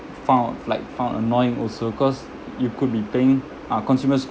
found like found annoying also cause you could be paying ah consumers